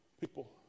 People